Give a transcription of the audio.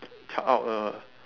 try out a